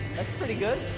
that's pretty good.